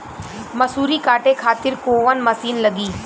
मसूरी काटे खातिर कोवन मसिन लागी?